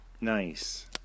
Nice